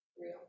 real